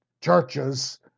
churches